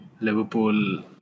Liverpool